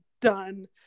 done